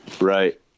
Right